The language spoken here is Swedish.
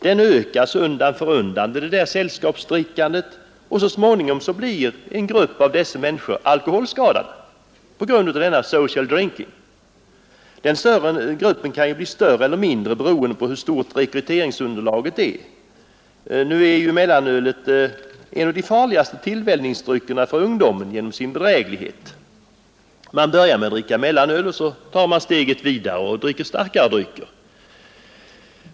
Den ökas undan för undan vid detta sällskapsdrickande, och så småningom blir en grupp alkoholskadad. Den gruppen kan bli större eller mindre beroende på hur stort rekryteringsunderlaget är. Nu är ju mellanölet en av de farligaste tillvänjningsdryckerna för ungdomarna genom att det är så bedrägligt. Man börjar med att dricka mellanöl, och sedan tar man steget vidare mot starkare drycker.